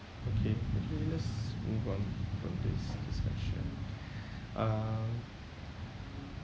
okay okay let's move on from this this question um